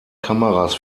kameras